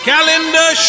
Calendar